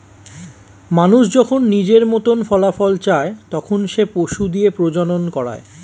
মানুষ যখন নিজের মতন ফলাফল চায়, তখন সে পশু দিয়ে প্রজনন করায়